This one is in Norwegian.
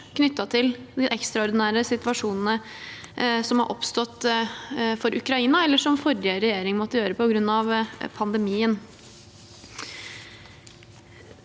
knyttet til den ekstraordinære situasjonen som har oppstått for Ukraina, eller som forrige regjering måtte gjøre på grunn av pandemien.